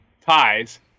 ties